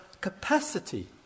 capacity